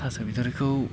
थास' बिथुरिखौ